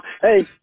hey